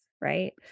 right